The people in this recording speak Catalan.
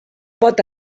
pot